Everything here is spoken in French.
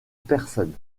personnes